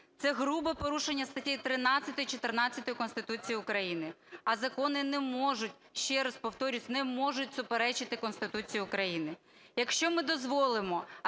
Це грубе порушення статей 13, 14 Конституції України, а закони не можуть, ще раз повторюся, не можуть суперечити Конституції України.